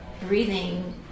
breathing